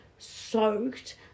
soaked